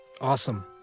Awesome